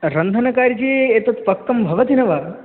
रन्धनकारिकी एतत् पक्तं भवति न वा